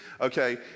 Okay